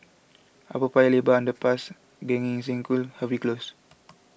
Upper Paya Lebar Underpass Gan Eng Seng School Harvey Close